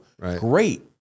Great